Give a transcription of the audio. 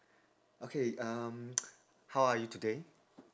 okay um how are you today